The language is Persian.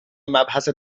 مبحث